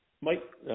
Mike